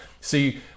see